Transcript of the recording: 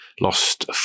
Lost